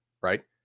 right